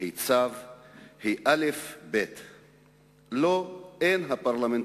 היא צו/ היא אל"ף-בי"ת/ לא! אין הפרלמנט